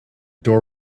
door